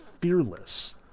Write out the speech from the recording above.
fearless